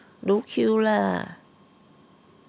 no queue lah